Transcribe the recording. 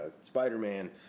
Spider-Man